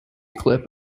clip